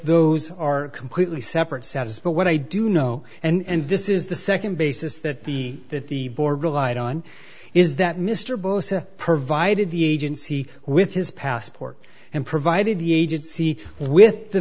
those are completely separate sounds but what i do know and this is the nd basis that the that the board relied on is that mr bush provided the agency with his passport and provided the agency with the